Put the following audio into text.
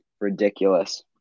ridiculous